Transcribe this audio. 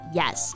yes